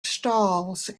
stalls